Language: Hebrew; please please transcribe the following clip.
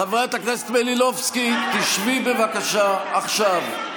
חברת הכנסת מלינובסקי, תשבי בבקשה עכשיו.